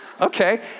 Okay